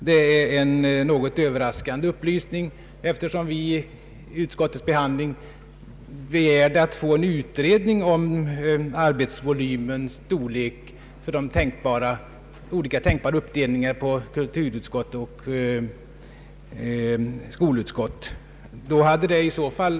Detta är en något överraskande upplysning, eftersom vi under utskottsbehandlingen begärde att få en utredning om arbetsvolymens storlek för de tänkbara uppdelningarna på kulturutskott och skolutskott.